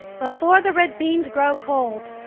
before the red beans grow cold.